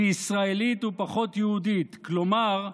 וישראלית ופחות יהודית, כלומר,